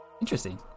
Interesting